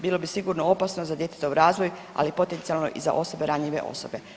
Bilo bi sigurno opasno za djetetov razvoj, ali potencionalno i za osobe, ranjive osobe.